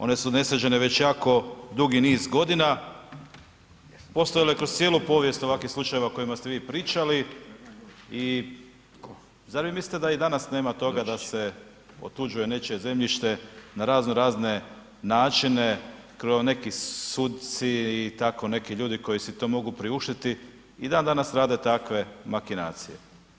One su nesređene već jako dugi niz godina, postojalo je kroz cijelu povijest ovakvih slučajeva o kojima ste vi pričali i zar vi mislite da i danas nema toga da se otuđuje nečije zemljište na razno razne načine, kao neki suci i tako neki ljudi koji si to mogu priuštiti, i dan danas rade takve makinacije.